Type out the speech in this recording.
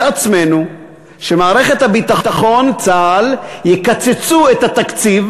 עצמנו שמערכת הביטחון וצה"ל יקצצו את התקציב,